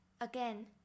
Again